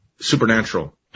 supernatural